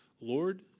Lord